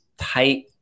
tight